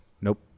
Nope